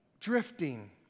Drifting